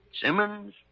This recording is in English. Simmons